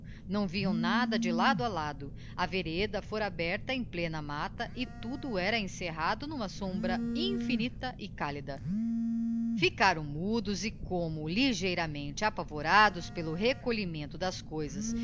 não viam nada de lado a lado a vereda fora aberta em plena matta e tudo era encerrado n'uma sombra infinita e cálida ficaram mudos e como ligeiramente apavorados pelo recolhimento das coisas